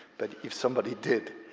but if somebody did,